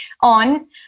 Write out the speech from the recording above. on